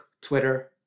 Twitter